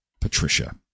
patricia